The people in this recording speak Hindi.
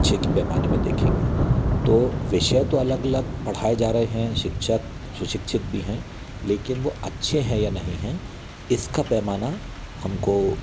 अच्छे के पैमाने में देखेंगे तो विषय तो अलग अलग पढ़ाई जा रहे हैं शिक्षक स्वशिक्षित भी हैं लेकिन वो अच्छे हैं या नहीं है इसका पैमाना हमको